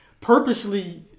purposely